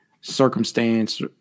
circumstance –